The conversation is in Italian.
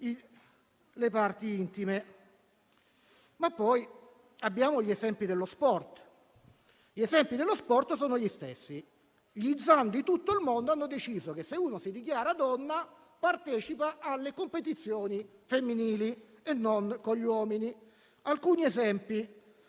le parti intime. Poi abbiamo gli esempi dello sport, che sono gli stessi: gli Zan di tutto il mondo hanno deciso che se uno si dichiara donna partecipa alle competizioni femminili e non con gli uomini. Alcuni esempi: